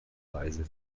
weise